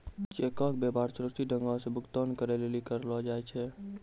चेको के व्यवहार सुरक्षित ढंगो से भुगतान करै लेली करलो जाय छै